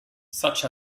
such